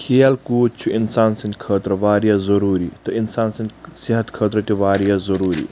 کھیل کود چھُ انسان سٕنٛدۍ خٲطرٕ واریاہ ضروٗری تہٕ انسان سٕنٛدۍ صحت خٲطرٕ تہِ واریاہ ضروٗری